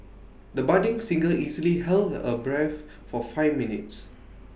the budding singer easily held her breath for five minutes